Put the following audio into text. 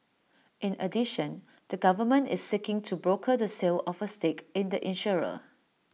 in addition the government is seeking to broker the sale of A stake in the insurer